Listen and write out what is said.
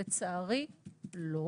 לצערי, לא.